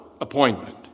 appointment